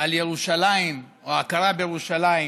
על ירושלים, או על הכרה בירושלים